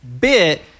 bit